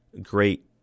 great